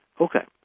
Okay